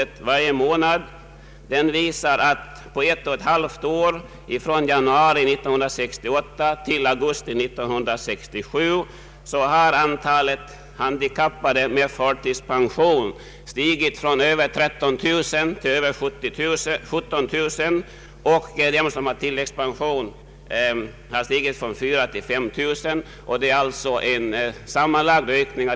Därav framgår att antalet handikappade med förtidspension på två och ett halvt år, från januari 1968 till augusti 1970 — stigit från över 13 000 till över 17000. Antalet av dem som har tilläggspension har stigit från ca 4000 till över 5000.